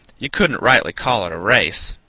you couldn't rightly call it a race.